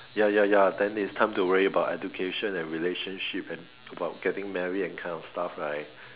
ya ya ya then it's time to worry about education and relationship and about getting married these kind of stuff right